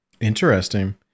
Interesting